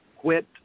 quit